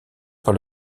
par